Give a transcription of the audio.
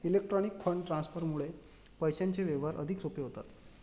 electronic fund ट्रान्सफरमुळे पैशांचे व्यवहार अधिक सोपे होतात